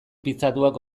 pitzatuak